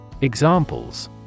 Examples